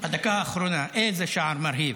בדקה האחרונה, איזה שער מרהיב,